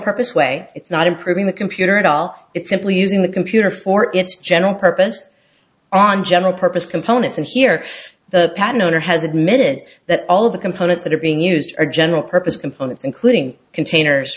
purpose way it's not improving the computer at all it's simply using the computer for its general purpose on general purpose components and here the patent owner has admitted that all of the components that are being used are general purpose components including containers